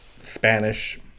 Spanish